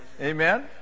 Amen